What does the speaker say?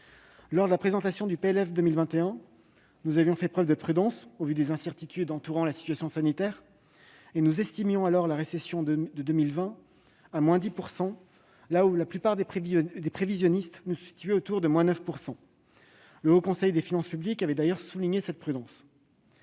Lors de la présentation du PLF 2021, nous avions fait preuve de prudence, au vu des incertitudes entourant la situation sanitaire : nous estimions la récession en 2020 à-10 %, alors que la plupart des prévisionnistes la situaient autour de-9 %. Le Haut Conseil des finances publiques avait d'ailleurs souligné cette prudence.